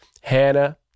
Hannah